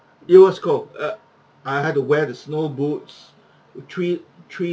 it was cold uh I had to wear the snow boots three three